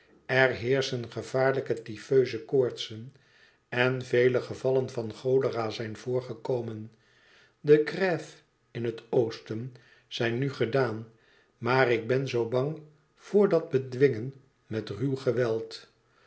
er heerschen gevaarlijke tyfeuze koortsen en vele gevallen van cholera zijn voorgekomen de grèves in het oosten zijn nu gedaan maar ik ben zoo bang voor dat bedwingen met ruw geweld